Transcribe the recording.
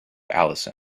alison